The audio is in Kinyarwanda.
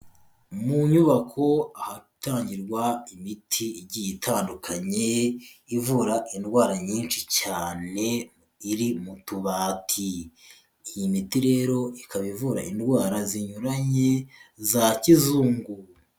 Mu nyubako ahatangirwa imiti igiye itandukanye ivura indwara nyinshi cyane, iri mu tubati, iyi miti rero ikaba ivura indwara zinyuranye za kizungu.